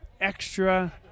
extra